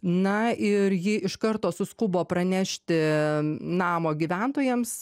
na ir ji iš karto suskubo pranešti namo gyventojams